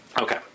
Okay